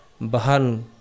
Bahan